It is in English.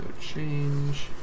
change